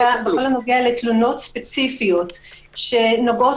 בכל הנוגע לתלונות ספציפיות שנוגעות